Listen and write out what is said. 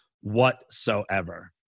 whatsoever